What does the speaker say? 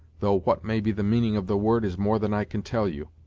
though what may be the meaning of the word is more than i can tell you.